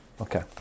Okay